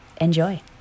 Enjoy